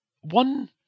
One